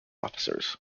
officers